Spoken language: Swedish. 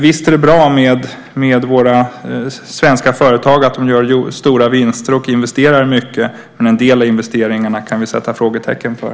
Visst är det bra att våra svenska företag gör stora vinster och investerar mycket. Men en del av investeringarna kan vi sätta frågetecken för.